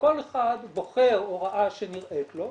שכל אחד בוחר הוראה שנראית לו,